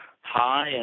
high